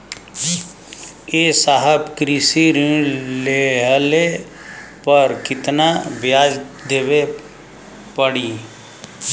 ए साहब कृषि ऋण लेहले पर कितना ब्याज देवे पणी?